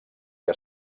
que